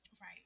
Right